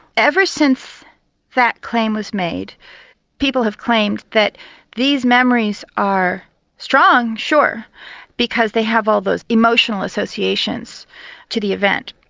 ever since that claim was made people have claimed that these memories are strong, sure because they have all those emotional associations to the event.